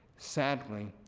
sadly,